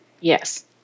Yes